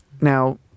Now